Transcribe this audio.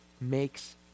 makes